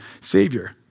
Savior